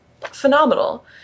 phenomenal